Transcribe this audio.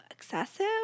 excessive